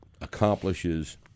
accomplishes